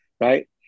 right